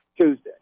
Tuesday